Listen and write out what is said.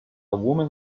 woman